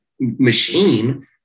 machine